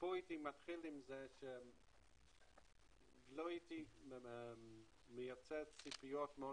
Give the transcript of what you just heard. הייתי מתחיל עם זה שלא הייתי מייצר ציפיות מאוד